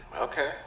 Okay